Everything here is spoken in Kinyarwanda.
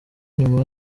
nyuma